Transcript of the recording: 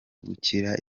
gukira